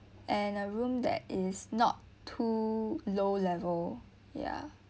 and a room that is not too low level ya too low level